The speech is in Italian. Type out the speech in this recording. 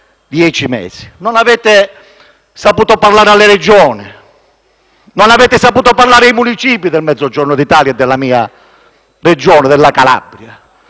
dieci mesi. Non avete saputo parlare alle Regioni, non avete saputo parlare ai municipi del Mezzogiorno d'Italia e della mia Regione, la Calabria.